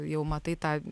jau matai tą